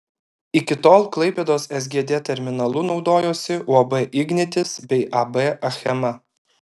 iki tol klaipėdos sgd terminalu naudojosi uab ignitis bei ab achema